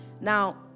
Now